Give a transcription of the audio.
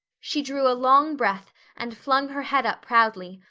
she drew a long breath and flung her head up proudly,